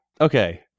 okay